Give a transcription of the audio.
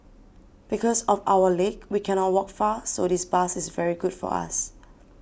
because of our leg we cannot walk far so this bus is very good for us